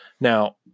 Now